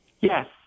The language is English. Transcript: Yes